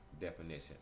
definition